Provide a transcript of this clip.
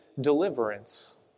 deliverance